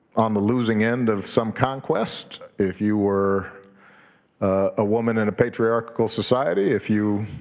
on the losing end of some conquest, if you were a woman in a patriarchal society, if you